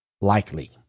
likely